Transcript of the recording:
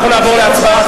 אנחנו נעבור להצבעה.